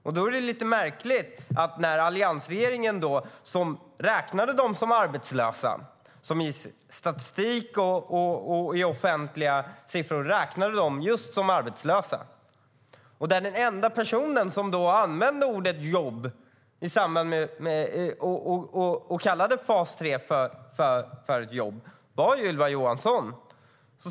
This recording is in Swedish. Det var lite märkligt med tanke på att alliansregeringen räknade deltagare i fas 3 som arbetslösa. I statistik och i offentliga siffror räknade man dem som just arbetslösa. Den enda person som då använde ordet "jobb" i sammanhanget och kallade fas 3 för ett jobb var Ylva Johansson.